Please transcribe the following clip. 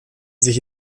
sich